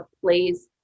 plays